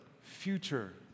future